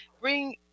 bring